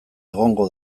egongo